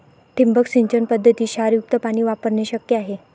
ठिबक सिंचन पद्धतीत क्षारयुक्त पाणी वापरणे शक्य आहे